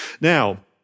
Now